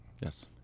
Yes